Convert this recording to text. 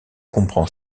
comprend